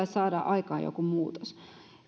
saada aikaan joku muutos